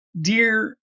dear